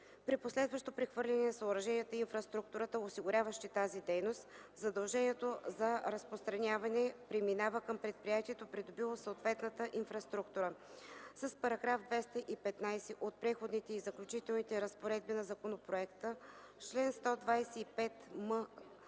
При последващо прехвърляне на съоръженията и инфраструктурата, осигуряващи тази дейност, задължението за разпространяване преминава към предприятието, придобило съответната инфраструктура. С § 215 от Преходните и заключителните разпоредби на законопроекта, с чл. 125м